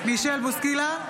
בוסקילה,